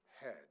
head